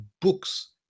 books